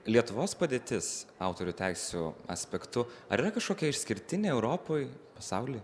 lietuvos padėtis autorių teisių aspektu ar yra kažkokia išskirtinė europoj pasauly